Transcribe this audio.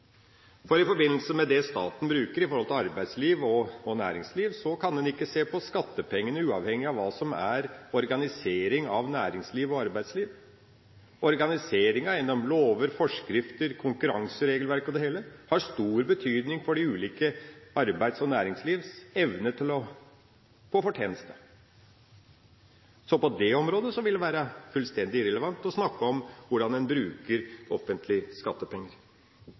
For i forbindelse med det staten bruker i forhold til arbeidsliv og næringsliv, kan en ikke se på skattepengene uavhengig av hva som er organisering av næringsliv og arbeidsliv. Organisering gjennom lover, forskrifter, konkurranseregelverk og det hele har stor betydning for det ulike arbeids- og næringslivs evne til å få fortjeneste. Så på det området vil det være fullstendig irrelevant å snakke om hvordan en bruker offentlige skattepenger.